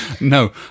no